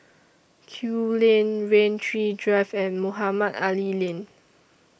Kew Lane Rain Tree Drive and Mohamed Ali Lane